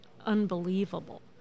unbelievable